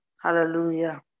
Hallelujah